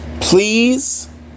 please